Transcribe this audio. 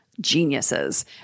Geniuses